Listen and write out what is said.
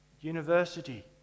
University